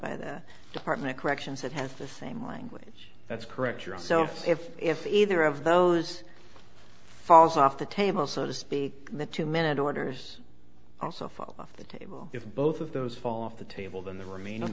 by the department of corrections that has the same language that's correct your so if if if either of those falls off the table so to speak the two minute orders also fall off the table if both of those fall off the table then the remaining